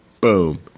Boom